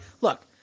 look